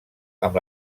amb